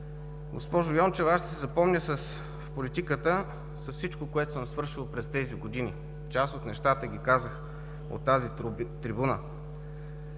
Госпожо Йончева, аз ще се запомня в политиката с всичко, което съм свършил през тези години – част от нещата ги казах от тази трибуна,